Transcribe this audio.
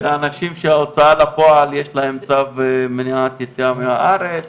אנשים שמהוצאת הפועל יש להם צו עיכוב יציאה מהארץ.